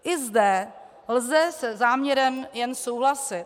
I zde lze se záměrem jen souhlasit.